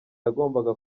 yagombaga